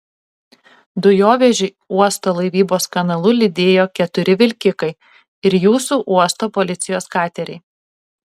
dujovežį uosto laivybos kanalu lydėjo keturi vilkikai ir jūsų uosto policijos kateriai